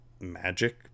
magic